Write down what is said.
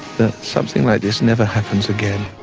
that something like this never happens again.